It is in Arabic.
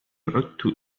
عدت